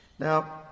Now